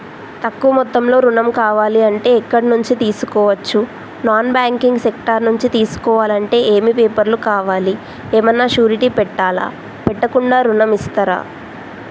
తక్కువ మొత్తంలో ఋణం కావాలి అంటే ఎక్కడి నుంచి తీసుకోవచ్చు? నాన్ బ్యాంకింగ్ సెక్టార్ నుంచి తీసుకోవాలంటే ఏమి పేపర్ లు కావాలి? ఏమన్నా షూరిటీ పెట్టాలా? పెట్టకుండా ఋణం ఇస్తరా?